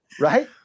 right